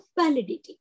validity